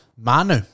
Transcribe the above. Manu